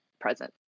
present